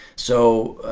so,